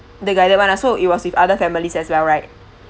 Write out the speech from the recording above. the guided one ah so it was with other families as well right